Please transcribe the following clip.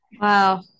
wow